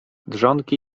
dżonki